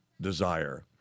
desire